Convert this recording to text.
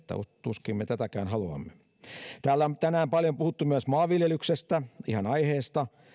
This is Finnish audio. tuskin me tätäkään haluamme täällä on tänään paljon puhuttu myös maanviljelyksestä ihan aiheesta